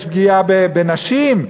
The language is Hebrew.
יש פגיעה בנשים.